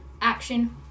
Action